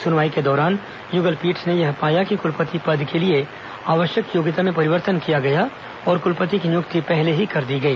सुनवाई के दौरान युगल पीठ ने यह पाया कि क्लपति पद के लिए आवश्यक योग्यता में परिवर्तन किया गया और क्लपति की नियुक्ति पहले ही कर दी गई